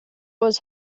was